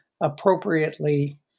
appropriately